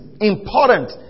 important